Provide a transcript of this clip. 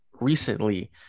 Recently